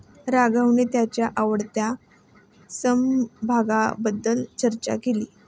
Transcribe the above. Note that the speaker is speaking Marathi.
राघवने त्याच्या आवडत्या समभागाबद्दल चर्चा केली